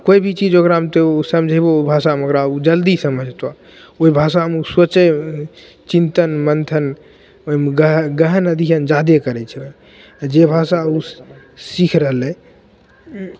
कोइ भी चीज ओकरामे तऽ ओ समझेबहो ओहि भाषामे ओकरा ओ जल्दी समझतऽ ओहि भाषामे सोचै चिन्तन मन्थन ओहिमे गहन गहन अध्ययन जादे करै छै जे भाषा ओ सीखि रहलै